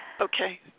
Okay